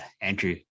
Andrew